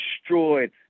destroyed